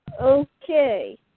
okay